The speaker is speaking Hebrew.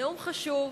נאום חשוב,